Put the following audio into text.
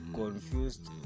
confused